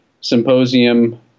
symposium